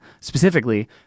specifically